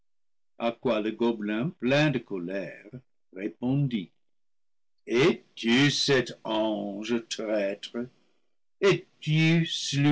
le gobelin plein de colère répondit es-tu cet ange traître